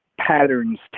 patterns